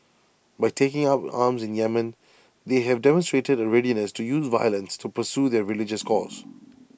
by taking up arms in Yemen they have demonstrated A readiness to use violence to pursue their religious cause